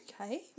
okay